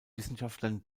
wissenschaftlern